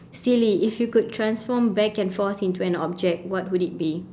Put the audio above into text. silly if you could transform back and forth into an object what would it be